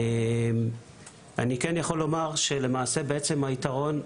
למעשה היתרון,